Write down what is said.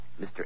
Mr